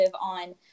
on